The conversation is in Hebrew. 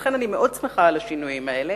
לכן אני מאוד שמחה על השינויים האלה.